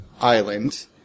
island